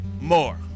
more